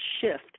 shift